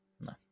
No